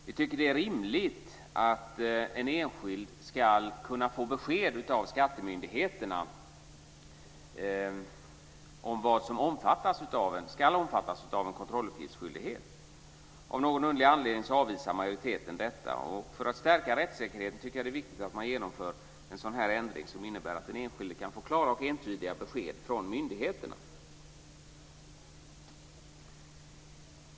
Vi tycker att det är rimligt att den enskilde ska kunna få besked av skattemyndigheterna om vad som ska omfattas av en kontrolluppgiftsskyldighet. Av någon underlig anledning avvisar majoriteten detta. För att stärka rättssäkerheten tycker jag att det är viktigt att man genomför en sådan här ändring, som innebär att den enskilde kan få klara och entydiga besked från myndigheterna.